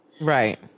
Right